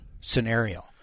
scenario